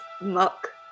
muck